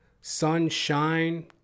sunshine